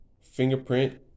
fingerprint